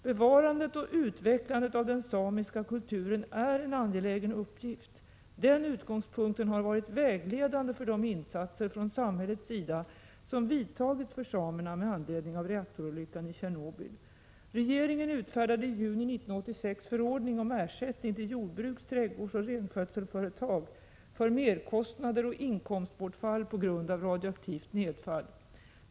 Bevarandet och utvecklandet av den samiska kulturen är en angelägen uppgift. Den utgångspunkten har varit vägledande för de insatser från samhällets sida som vidtagits för samerna med anledning av reaktorolyckan i Tjernobyl. Regeringen utfärdade i juni 1986 förordning om ersättning till jordbruks-, trädgårdsoch renskötselföretag för merkostnader och inkomstbortfall på grund av radioaktivt nedfall.